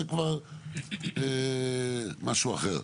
זה כבר משהו אחר.